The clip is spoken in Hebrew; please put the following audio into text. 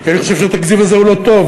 כי אני חושב שהתקציב הזה הוא לא טוב,